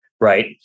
right